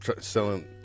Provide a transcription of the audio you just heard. selling